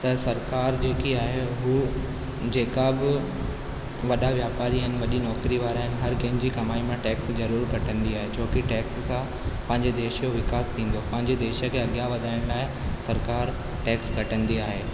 त सरकार जेकी आहे हू जेका बि वॾा वापारी आहिनि वॾी नौकिरी वारा आहिनि हर कंहिंजी कमाई मां टैक्स ज़रूरु कटींदी आहे छोकी टैक्स सां पंहिंजे देश जो विकास थींदो पंहिंजे देश खे अॻियां वधाइण लाइ सरकार टैक्स कटींदी आहे